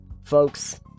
folks